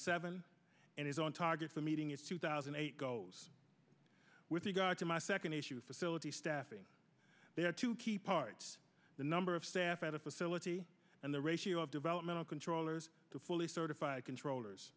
seven and is on target for meeting its two thousand and eight goals with regard to my second issue facility staffing there are two key parts the number of staff at a facility and the ratio of developmental controllers to fully certified controllers